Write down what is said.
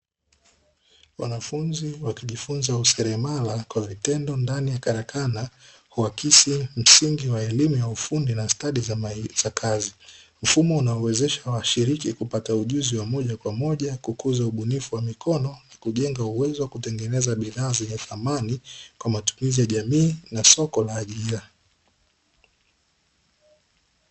Wanafunzi wakijifunza useremala kwa vitendo ndani ya karakana, huakisi msingi wa elimu ya ufundi na stadi za kazi mfumo unaowezesha washiriki kupata ujuzi wa moja kwa moja kukuza ubunifu wa mikono kujenga uwezo wa kutengeneza bidhaa zenye thamani kwa matumizi ya jamii na soko la ajira.